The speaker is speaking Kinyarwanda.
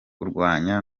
kurwanya